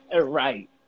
Right